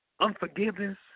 unforgiveness